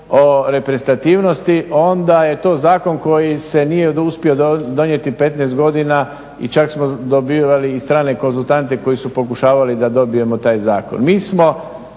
o reprezentativnosti, onda je to zakon koji se nije uspio donijeti 15 godina i čak smo dobivali i strane konzultante koji su pokušavali da dobijemo taj zakon.